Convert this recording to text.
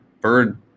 Bird